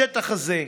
השטח הזה,